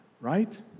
right